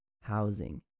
housing